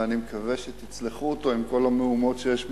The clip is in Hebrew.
ואני מקווה שתצלחו אותו עם כל המהומות שיש מסביב.